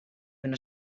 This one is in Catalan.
una